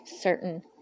certain